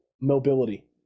mobility